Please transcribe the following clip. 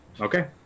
Okay